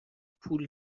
پول